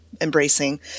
embracing